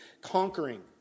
Conquering